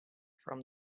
from